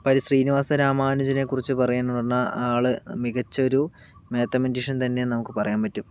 ഇപ്പോൾ അതില് ശ്രീനിവാസ രാമാനുജനെ കുറിച്ച് പറയാൻ പറഞ്ഞാൽ ആള് മികച്ചൊരു മാത്തമെറ്റിഷൻ തന്നെയെന്ന് നമുക്ക് പറായാൻ പറ്റും